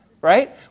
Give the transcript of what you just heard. right